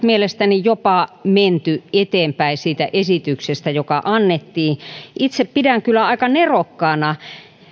mielestäni jopa menty eteenpäin siitä esityksestä joka annettiin itse pidän kyllä aika nerokkaana